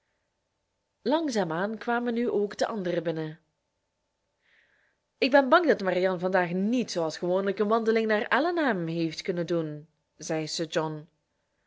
langzaam aan kwamen nu ook de anderen binnen ik ben bang dat marianne vandaag niet zooals gewoonlijk een wandeling naar allenham heeft kunnen doen zei sir john